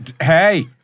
hey